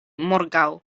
morgaŭ